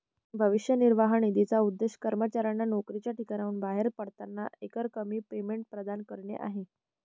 भविष्य निर्वाह निधीचा उद्देश कर्मचाऱ्यांना नोकरीच्या ठिकाणाहून बाहेर पडताना एकरकमी पेमेंट प्रदान करणे आहे